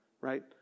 right